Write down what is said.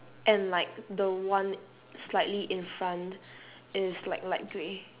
and like the one slightly in front is like light grey